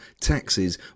taxes